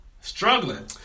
Struggling